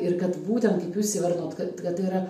ir kad būtent kaip jūs įvardinot kad tai yra